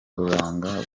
uburanga